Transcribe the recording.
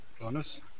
Bonus